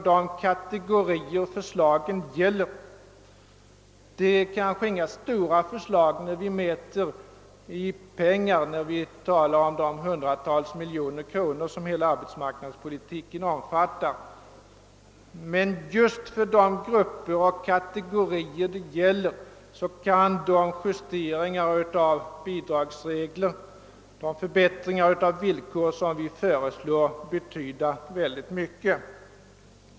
Det gäller kanske inte stora förslag, om vi mäter dem i pengar och jämför med de hundratals miljoner som hela arbetsmarknadspolitiken kostar, men för de kategorier som åtgärderna gäller kan de justeringar av bidragsreglerna och de förbättringar av villkoren som vi föreslår betyda mycket.